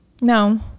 No